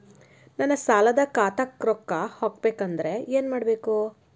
ನನ್ನ ಸಾಲದ ಖಾತಾಕ್ ರೊಕ್ಕ ಹಾಕ್ಬೇಕಂದ್ರೆ ಏನ್ ಮಾಡಬೇಕು?